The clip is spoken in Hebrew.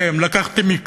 התפלק לי העניין ב"צוק